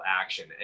action